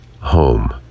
home